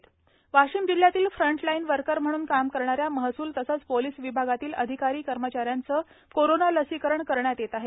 वाशिम चंद्रपूर लसीकरण वाशिम जिल्ह्यातील front line worker म्हणून काम करणाऱ्या महसूल तसेच पोलीस विभागातील अधिकारी कर्मचाऱ्यांचे कोरोना लसीकरण करण्यात येत आहे